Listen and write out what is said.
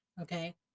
Okay